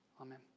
Amen